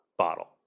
bottle